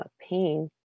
pain